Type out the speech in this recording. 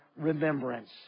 remembrance